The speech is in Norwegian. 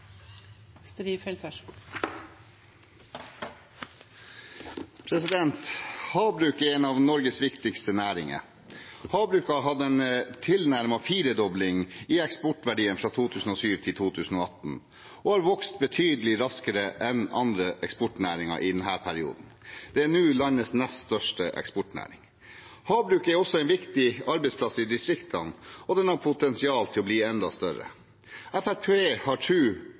Havbruk er en av Norges viktigste næringer. Havbruk har hatt en tilnærmet firedobling i eksportverdien fra 2007 til 2018 og har vokst betydelig raskere enn andre eksportnæringer i denne perioden. Den er nå landets nest største eksportnæring. Havbruk er også en viktig arbeidsplass i distriktene og har potensial til å bli enda større. Fremskrittspartiet har tro